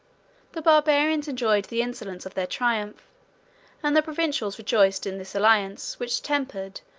the barbarians enjoyed the insolence of their triumph and the provincials rejoiced in this alliance, which tempered,